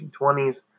1920s